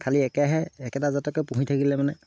খালী একেহে একেটা জাতকে পুহি থাকিলে মানে